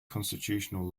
constitutional